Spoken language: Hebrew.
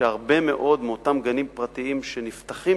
שהרבה מאוד מאותם גנים פרטיים שנפתחים,